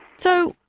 so,